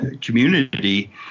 community